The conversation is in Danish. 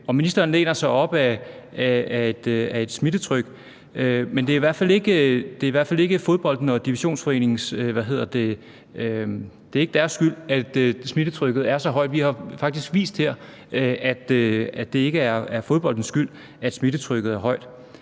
Ministeren læner sig op ad et smittetryk, men det er i hvert fald ikke fodboldens og Divisionsforeningens skyld, at smittetrykket er så højt. Vi har faktisk vist, at det ikke er fodboldens skyld, at smittetrykket er højt.